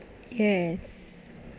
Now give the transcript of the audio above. yes